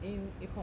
and you con~